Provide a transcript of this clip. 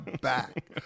back